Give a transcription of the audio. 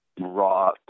raw